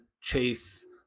chase